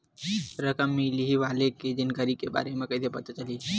रकम मिलही वाले के जानकारी के बारे मा कइसे पता चलही?